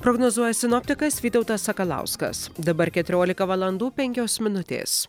prognozuoja sinoptikas vytautas sakalauskas dabar keturiolika valandų penkios minutės